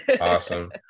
awesome